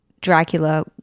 Dracula